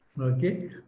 okay